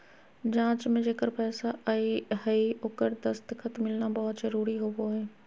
जाँच में जेकर पैसा हइ ओकर दस्खत मिलना बहुत जरूरी होबो हइ